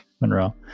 Monroe